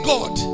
God